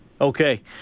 Okay